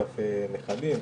לא כולם מתחברים.